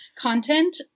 content